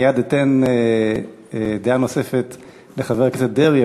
מייד אתן דעה נוספת לחבר הכנסת דרעי,